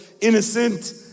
innocent